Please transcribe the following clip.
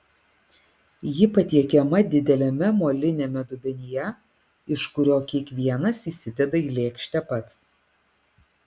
ji patiekiama dideliame moliniame dubenyje iš kurio kiekvienas įsideda į lėkštę pats